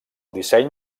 disseny